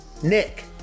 Nick